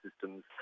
systems